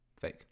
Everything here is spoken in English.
Fake